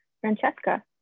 Francesca